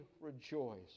rejoice